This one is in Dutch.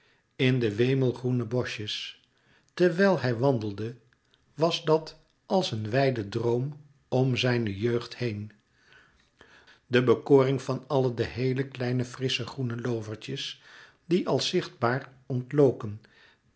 in de wemelgroene boschjes terwijl hij wandelde was dat als een wijde droom om zijne jeugd heen de bekoring van alle de heele kleine frissche groene loovertjes die als zichtbaar ontloken